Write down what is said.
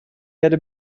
گرده